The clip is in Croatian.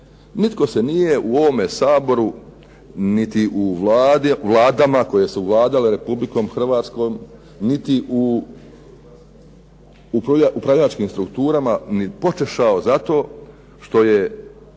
Nitko se nije u ovome Saboru niti u Vladama koje su vladale Republikom Hrvatskom, niti u upravljačkim strukturama ni počešao zato što je